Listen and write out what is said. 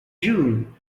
jung